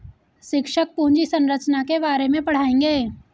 शिक्षक पूंजी संरचना के बारे में पढ़ाएंगे